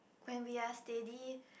when we are steady